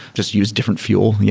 just use different fuel.